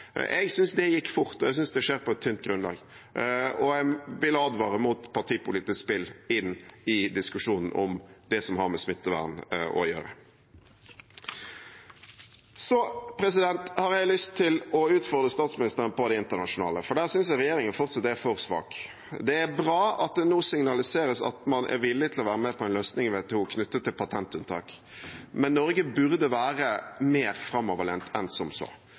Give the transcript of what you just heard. Jeg synes det gikk fort, og jeg synes det skjer på et tynt grunnlag. Jeg vil advare mot partipolitisk spill i diskusjonen om det som har med smittevern å gjøre. Så har jeg lyst til å utfordre statsministeren når det gjelder det internasjonale. Der synes jeg regjeringen fortsatt er for svak. Det er bra at det nå signaliseres at man er villig til å være med på en løsning i WTO knyttet til patentunntak. Men Norge burde være mer framoverlent enn som så.